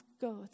God